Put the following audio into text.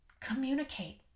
communicate